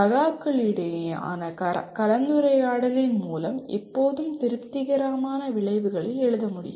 சகாக்களுக்கிடையேயான கலந்துரையாடலின் மூலம் எப்போதும் திருப்திகரமான விளைவுகளை எழுத முடியும்